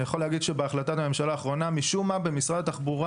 אני יכול להגיד שבהחלטת הממשלה האחרונה משום מה במשרד התחבורה